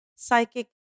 psychic